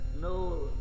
no